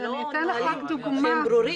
אלו לא נהלים ברורים.